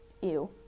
ew